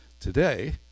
today